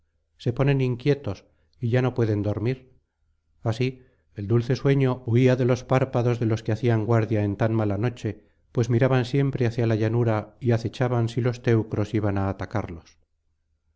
se ponen inquietos y ya no pueden dormir así el dulce sueño huía de los párpados de los que hacían guardia en tan mala noche pues miraban siempre hacia la llanura y acechaban si los teucros iban á atacarlos